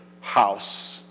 house